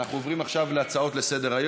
16 בעד.